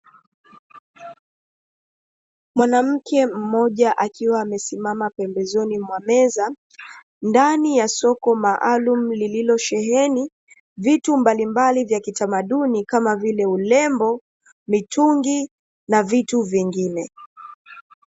Mwanamke mmoja akiwa amesimama pembezoni mwa meza ndani ya soko maalumu lililosheheni vitu mbalimbali vya kitamaduni kama vile urembo, mitungi na vitu vingine.